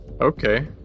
Okay